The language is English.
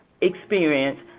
experience